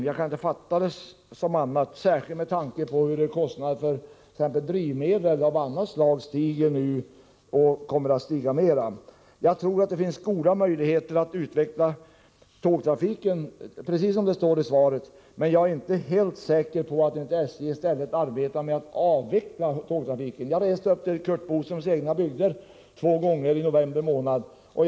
Jag kan inte uppfatta det hela på annat sätt — särskilt med tanke på t.ex. kostnaderna för drivmedel för andra kommunikationsmedel, vilka stiger och kommer att stiga ytterligare. Jag tror att det finns goda möjligheter att utveckla tågtrafiken, precis som det står i svaret. Man jag är inte helt säker på att SJ i stället inte arbetar på en avveckling av tågtrafiken. Två gånger i november månad har jag rest upp till Curt Boströms hemtrakter.